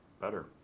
better